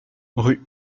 rue